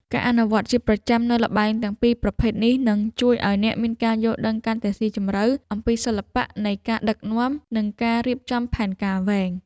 ការអនុវត្តជាប្រចាំនូវល្បែងទាំងពីរប្រភេទនេះនឹងជួយឱ្យអ្នកមានការយល់ដឹងកាន់តែស៊ីជម្រៅអំពីសិល្បៈនៃការដឹកនាំនិងការរៀបចំផែនការវែង។